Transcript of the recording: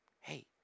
Hey